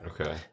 Okay